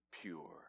pure